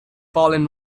fallen